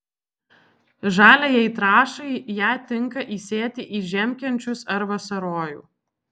žaliajai trąšai ją tinka įsėti į žiemkenčius ar vasarojų